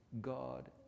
God